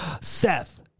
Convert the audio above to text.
Seth